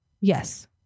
Yes